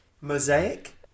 mosaic